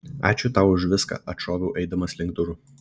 ačiū tau už viską atšoviau eidamas link durų